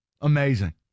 Amazing